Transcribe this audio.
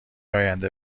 آینده